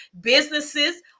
businesses